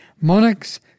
Monarchs